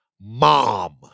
Mom